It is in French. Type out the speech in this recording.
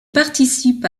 participe